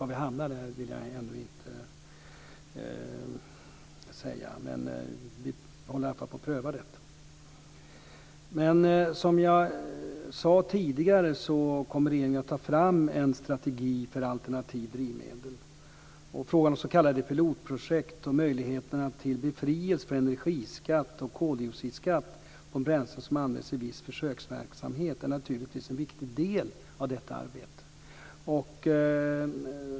Var vi hamnar vill jag ännu inte säga. Men vi håller i alla fall på att pröva detta. Som jag sade tidigare kommer regeringen att ta fram en strategi för alternativa drivmedel. Frågan om s.k. pilotprojekt och möjligheterna till befrielse från energiskatt och koldioxidskatt på bränslen som används i viss försöksverksamhet är naturligtvis en viktig del i detta arbete.